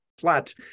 flat